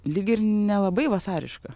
lyg ir nelabai vasariška